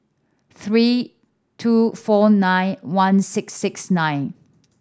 three two four nine one six six nine